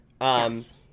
Yes